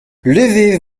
levez